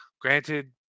Granted